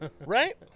right